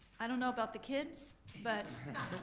i don't know about the kids. but